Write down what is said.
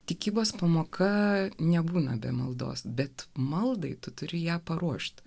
tikybos pamoka nebūna be maldos bet maldai tu turi ją paruošti